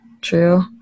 true